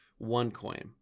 OneCoin